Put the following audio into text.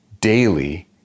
daily